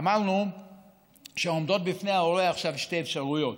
אמרנו שעומדות בפני ההורה עכשיו שתי אפשרויות,